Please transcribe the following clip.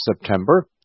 September